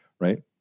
Right